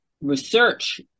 research